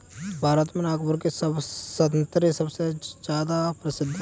भारत में नागपुर के संतरे सबसे ज्यादा प्रसिद्ध हैं